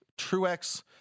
Truex